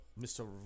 Mr